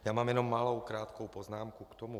Já mám jenom malou krátkou poznámku k tomu.